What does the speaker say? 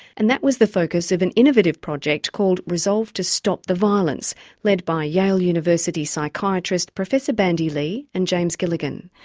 and that was the focus of an innovative project called resolve to stop the violence led by yale university psychiatrists professor bandy lee and james gilligan.